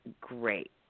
great